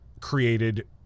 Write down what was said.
created